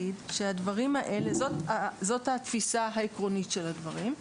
זאת התפיסה העקרונית של הדברים.